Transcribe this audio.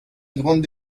grande